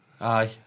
Aye